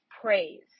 praise